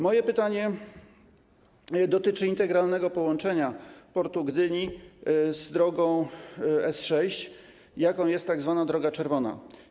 Moje pytanie dotyczy integralnego połączenia Portu Gdyni z drogą S6, jaką jest tzw. droga czerwona.